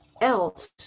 else